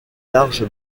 large